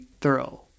thorough